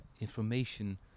information